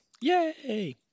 Yay